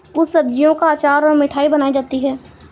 कुछ सब्जियों का अचार और मिठाई बनाई जाती है